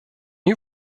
you